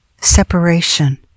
separation